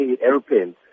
airplanes